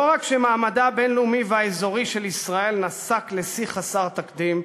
לא רק שמעמדה הבין-לאומי והאזורי של ישראל נסק לשיא חסר תקדים,